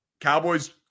Cowboys